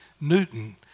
Newton